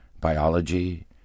biology